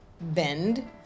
bend